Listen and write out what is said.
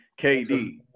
KD